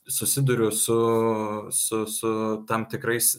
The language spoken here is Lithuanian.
susiduriu su su su tam tikrais